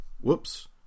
Whoops